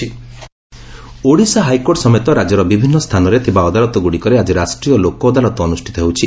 ଲୋକ ଅଦାଲତ ଓଡ଼ିଶା ହାଇକୋର୍ଟ ସମେତ ରାଜ୍ୟର ବିଭିନ୍ନ ସ୍ଚାନରେ ଥିବା ଅଦାଲତ ଗୁଡ଼ିକରେ ଆକି ରାଷ୍ଟ୍ରୀୟ ଲୋକ ଅଦାଲତ ଅନୁଷ୍ଷିତ ହେଉଛି